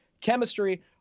chemistry